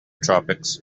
tropics